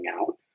out